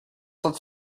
lets